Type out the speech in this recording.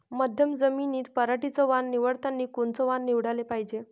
मध्यम जमीनीत पराटीचं वान निवडतानी कोनचं वान निवडाले पायजे?